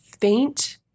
faint